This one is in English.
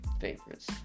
favorites